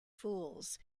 fools